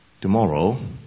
tomorrow